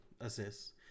assists